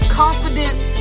confidence